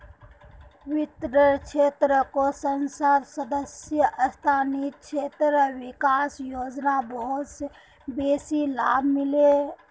वित्तेर क्षेत्रको संसद सदस्य स्थानीय क्षेत्र विकास योजना बहुत बेसी लाभ मिल ले